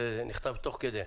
זה נכתב תוך כדי.